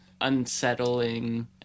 unsettling